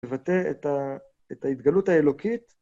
לבטא את ה את ההתגלות האלוקית.